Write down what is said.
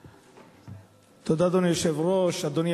אדוני היושב-ראש, תודה, אדוני